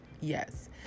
Yes